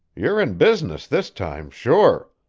you're in business this time, sure.